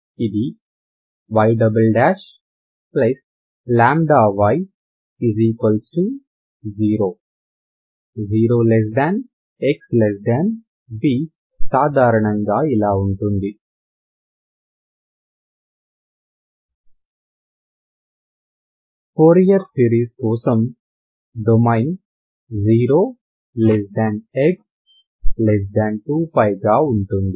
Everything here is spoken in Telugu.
ఇది y λy0 axb సాధారణంగా ఇలా ఉంటుంది ఫోరియర్ సిరీస్ కోసం డొమైన్ 0x2π గా ఉంటుంది